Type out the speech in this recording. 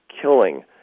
killing